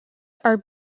are